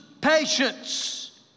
patience